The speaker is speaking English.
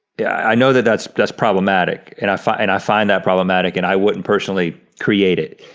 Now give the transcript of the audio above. yeah i know that that's that's problematic, and i find i find that problematic, and i wouldn't personally create it.